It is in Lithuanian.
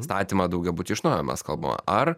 statymą daugiabučio iš naujo mes kalbam ar